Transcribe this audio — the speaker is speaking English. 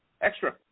extra